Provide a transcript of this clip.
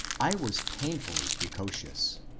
i was painfully precocious,